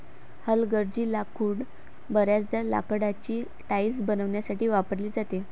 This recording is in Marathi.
हलगर्जी लाकूड बर्याचदा लाकडाची टाइल्स बनवण्यासाठी वापरली जाते